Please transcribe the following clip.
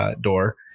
door